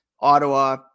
Ottawa